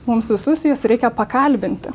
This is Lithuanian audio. mums visus juos reikia pakalbinti